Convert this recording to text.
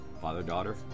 Father-daughter